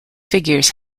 figures